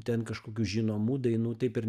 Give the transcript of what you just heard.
ten kažkokių žinomų dainų taip ir